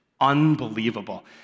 unbelievable